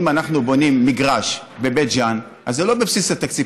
אם אנחנו בונים מגרש בבית ג'ן אז זה לא בבסיס התקציב,